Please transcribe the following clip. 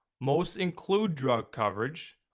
most include drug coverage,